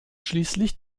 schließlich